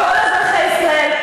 על עתיד מדינת ישראל,